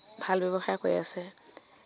ভাল ব্যৱসায় কৰি আছে